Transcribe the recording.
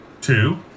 Two